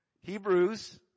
Hebrews